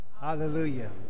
Hallelujah